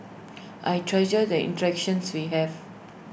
I treasure the interactions we have